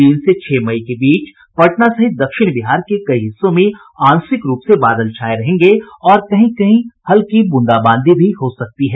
तीन से छह मई के बीच पटना सहित दक्षिण बिहार के कई हिस्सों में आंशिक रूप से बादल छाये रहेंगे और कहीं कहीं बूंदाबांदी भी हो सकती है